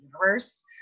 universe